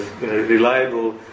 reliable